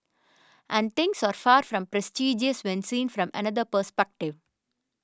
and things are far from prestigious when seen from another perspective